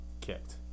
kicked